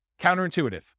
Counterintuitive